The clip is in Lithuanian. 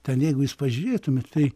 ten jeigu jūs pažiūrėtumėt tai